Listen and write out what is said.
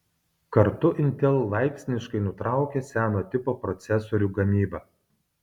kartu intel laipsniškai nutraukia seno tipo procesorių gamybą